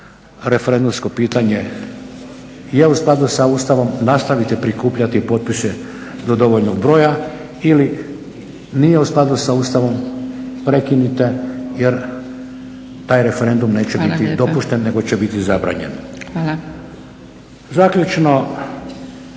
referendumsko pitanje je u skladu sa Ustavom, nastavite prikupljati potpise do dovoljnog broja ili nije u skladu sa Ustavom, prekinite jer taj referendum neće biti dopušten nego će biti zabranjen. **Zgrebec,